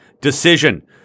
decision